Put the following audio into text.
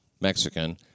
Mexican